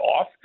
off